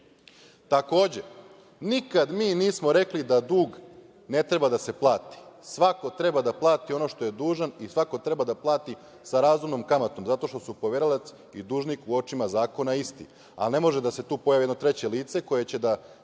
sada. Takođe, nikad mi nismo rekli da dug ne treba da se plati. Svako treba da plati ono što je dužan i svako treba da plati sa razumnom kamatom zato što su poverilac i dužnik u očima zakona isti, ali ne može da se tu pojavi treće lice koje će na